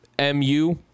MU